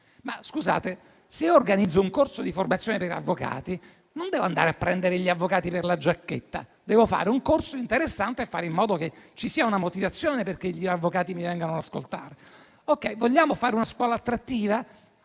ma se io organizzo un corso di formazione per avvocati, non devo andare a prendere gli avvocati per la giacchetta; devo fare un corso interessante, per fare in modo che ci sia una motivazione perché gli avvocati mi vengano ad ascoltare. Vogliamo fare una scuola attrattiva?